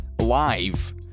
live